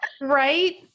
right